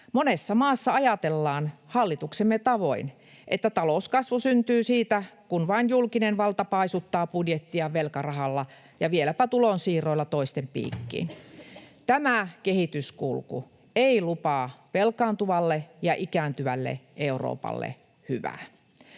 Monessa maassa ajatellaan hallituksemme tavoin, että talouskasvu syntyy siitä, kun vain julkinen valta paisuttaa budjettiaan velkarahalla ja vieläpä tulonsiirroilla toisten piikkiin. Tämä kehityskulku ei lupaa velkaantuvalle ja ikääntyvälle Euroopalle hyvää.